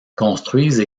construisent